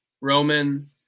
Roman